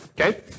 Okay